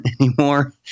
anymore